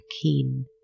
keen